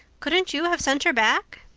couldn't you have sent her back?